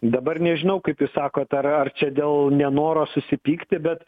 dabar nežinau kaip jūs sakot ar ar čia dėl nenoro susipykti bet